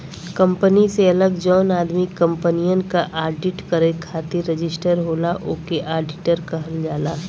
company से अलग जौन आदमी कंपनियन क आडिट करे खातिर रजिस्टर होला ओके आडिटर कहल जाला